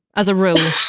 as a rule.